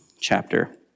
chapter